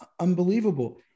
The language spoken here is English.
unbelievable